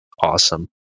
awesome